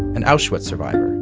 an auschwitz survivor.